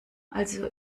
also